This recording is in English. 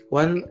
one